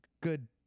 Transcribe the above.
good